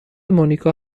مونیکا